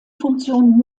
funktion